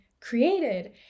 created